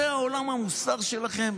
זה עולם המוסר שלכם?